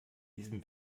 diesem